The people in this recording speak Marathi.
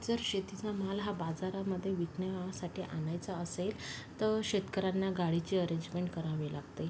जर शेतीचा माल हा बाजारामध्ये विकण्यासाठी आणायचा असेल तर शेतकऱ्यांना गाडीची अरेंजमेंट करावी लागते